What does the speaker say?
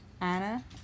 Anna